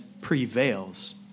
prevails